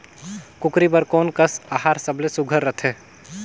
कूकरी बर कोन कस आहार सबले सुघ्घर रथे?